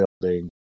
building